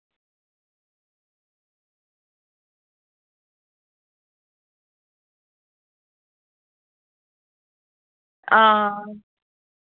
आं